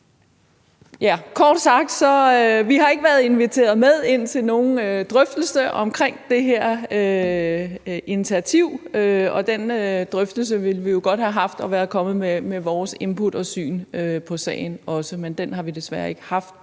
Kort sagt: Vi har ikke været inviteret med ind til nogen drøftelse omkring det her initiativ, og den drøftelse ville vi jo godt have haft, så vi kunne være kommet med vores input og syn på sagen også. Men den drøftelse har vi desværre ikke haft,